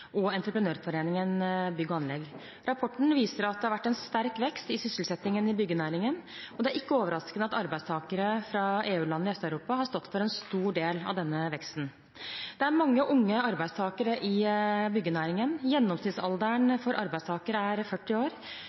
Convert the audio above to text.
og Entreprenørforeningen – Bygg og Anlegg. Rapporten viser at det har vært en sterk vekst i sysselsettingen i byggenæringen, og det er ikke overraskende at arbeidstakere fra EU-landene i Øst-Europa har stått for en stor del av denne veksten. Det er mange unge arbeidstakere i byggenæringen. Gjennomsnittsalderen for arbeidstakerne er 40 år.